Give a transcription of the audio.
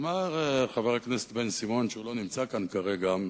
אמר חבר הכנסת בן-סימון, שלא נמצא כאן כרגע,